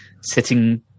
sitting